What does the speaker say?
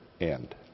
end